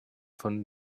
von